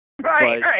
Right